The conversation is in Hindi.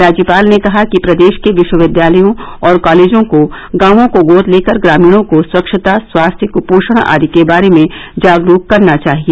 राज्यपाल ने कहा कि प्रदेश के विश्वविद्यालयों और कालेजों को गांवों को गोद लेकर ग्रामीणों को स्वच्छता स्वास्थ्य क्पोषण आदि के बारे में जागरूक करना चाहिए